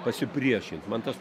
pasipriešinti man tas